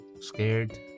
scared